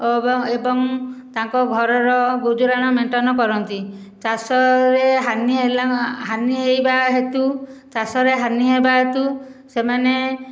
ଏବଂ ତାଙ୍କ ଘରର ଗୁଜୁରାଣ ମେଣ୍ଟଣ କରନ୍ତି ଚାଷରେ ହାନି ହେଲା ହାନି ହେବା ହେତୁ ଚାଷରେ ହାନି ହେବା ହେତୁ ସେମାନେ